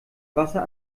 wasser